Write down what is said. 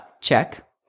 check